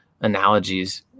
analogies